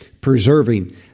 preserving